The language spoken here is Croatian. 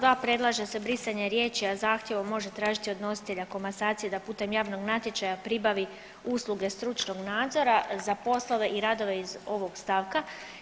U st. 2. predlaže se brisanje riječi a zahtjevom može tražiti od nositelja komasacije da putem javnog natječaja pribavi usluge stručnog nadzora za poslove i radove iz ovog stavka.